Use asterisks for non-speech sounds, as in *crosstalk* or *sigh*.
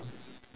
*noise*